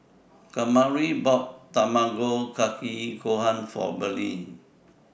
Kamari bought Tamago Kake Gohan For Bernie